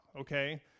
okay